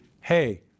hey